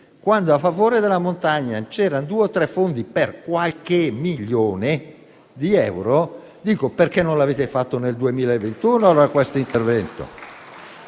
quando a favore della montagna c'erano due o tre fondi per qualche milione di euro, mi chiedo perché non lo abbiano fatto nel 2021 questo intervento.